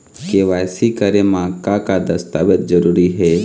KYC करे म का का दस्तावेज जरूरी हे?